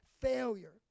failure